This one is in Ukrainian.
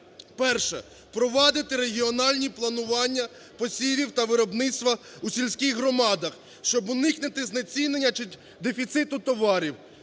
Впровадити регіональні планування посівів та виробництва у сільських громадах, щоб уникнути знецінення дефіциту товарів,